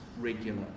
regular